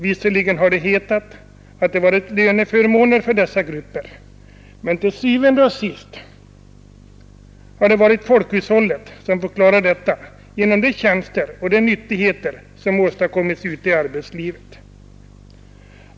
Visserligen har det hetat att det varit fråga om löneförmåner för dessa grupper, men til syvende og sidst har det varit folkhushållet som fått klara detta genom de tjänster och nyttigheter som åstadkommits ute i arbetslivet.